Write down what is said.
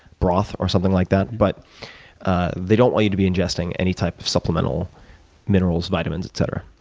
broth, or something like that. but they don't want you to be ingesting any type of supplemental minerals, vitamins, etc.